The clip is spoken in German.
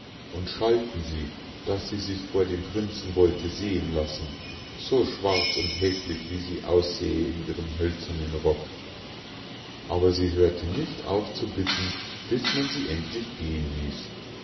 und schalten sie daß sie sich vor dem prinzen wollte sehen lassen so schwarz und häßlich wie sie aussähe in ihrem hölzernen rock aber sie hörte nicht auf zu bitten bis man sie endlich gehen ließ